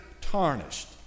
tarnished